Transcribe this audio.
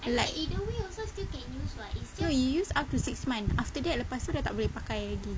like no you use up to six months after that lepas tu dah tak boleh pakai lagi